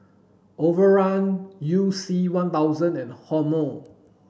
Overrun You C one thousand and Hormel